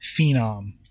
phenom